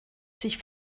sich